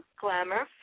Glamour